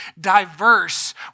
diverse